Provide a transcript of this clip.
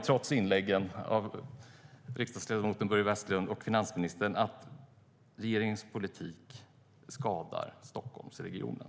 Trots inläggen av riksdagsledamoten Börje Vestlund och finansministern tycker jag fortfarande att regeringens politik skadar Stockholmsregionen.